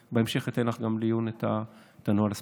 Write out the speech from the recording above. בהמשך אני אתן לך לעיון את הנוהל הספציפי.